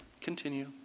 Continue